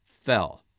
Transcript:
fell